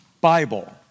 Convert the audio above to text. Bible